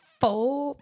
four